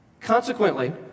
Consequently